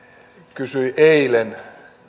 kysyi eilen